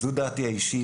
זו דעתי האישית.